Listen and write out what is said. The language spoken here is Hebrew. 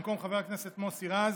במקום חבר הכנסת מוסי רז